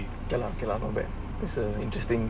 okay okay lah not bad that's a interesting